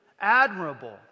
admirable